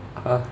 !huh!